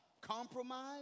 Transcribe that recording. Compromise